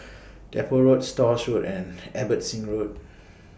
Depot Road Stores Road and Abbotsingh Road